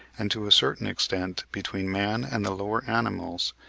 and to a certain extent between man and the lower animals,